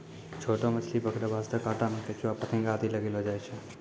छोटो मछली पकड़ै वास्तॅ कांटा मॅ केंचुआ, फतिंगा आदि लगैलो जाय छै